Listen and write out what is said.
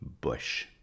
Bush